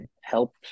help